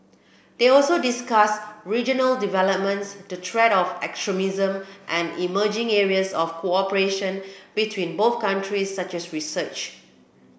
they also discuss regional developments the threat of extremism and emerging areas of cooperation between both countries such as research